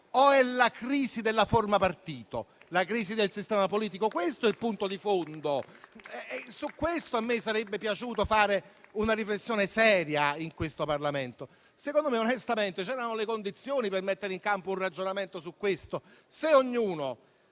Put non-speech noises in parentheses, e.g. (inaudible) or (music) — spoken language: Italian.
o è la crisi della forma partito e del sistema politico? Questo è il punto di fondo (applause) e su questo a me sarebbe piaciuto fare una riflessione seria in questo Parlamento. Secondo me, onestamente, c'erano le condizioni per mettere in campo un ragionamento su questo, se ognuno